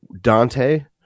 Dante